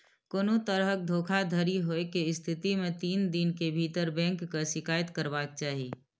कोनो तरहक धोखाधड़ी होइ के स्थिति मे तीन दिन के भीतर बैंक के शिकायत करबाक चाही